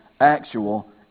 actual